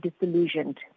disillusioned